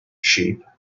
sheep